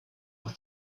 aus